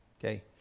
Okay